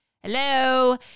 Hello